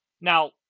Now